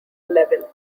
level